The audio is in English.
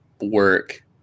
work